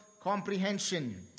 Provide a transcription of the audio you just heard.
comprehension